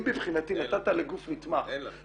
אם מבחינתי נתת לגוף נתמך -- אין לנו.